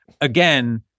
Again